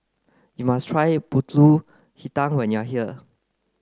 you must try Pulut Hitam when you are here